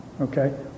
Okay